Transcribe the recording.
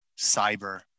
cyber